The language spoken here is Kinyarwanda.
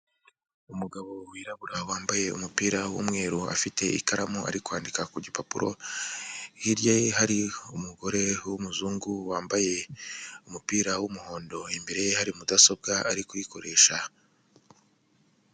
Umugabo wirabura wambaye umupira w'umweru afite ikaramu ari kwandika ku gipapuro, hirya ye hari umugore w'umuzungu wambaye umupira w'umuhondo imbere ye hari mudasobwa ari kuyikoresha.